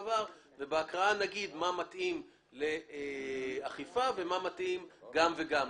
בהקראה נגיד מה מתאים לאכיפה ומה מתאים גם וגם,